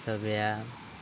सगळ्या